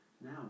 Now